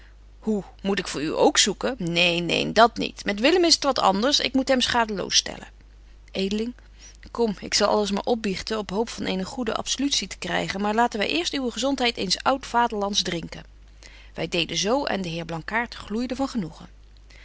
hoe moet ik voor u ook zoeken neen neen dat niet met willem is t wat anders ik moet hem schadeloos stellen edeling kom ik zal alles maar opbiegten op hoop van eene goede absolutie te krygen maar laten wy eerst uw gezontheid eens oud vaderlands drinken wy deden zo en de heer blankaart gloeide van genoegen